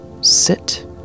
sit